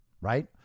right